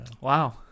Wow